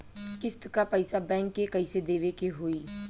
किस्त क पैसा बैंक के कइसे देवे के होई?